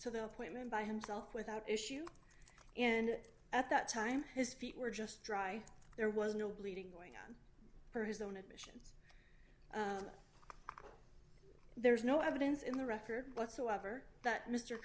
to the appointment by himself without issue and at that time his feet were just dry there was no bleeding going on for his own admission there's no evidence in the record whatsoever that mr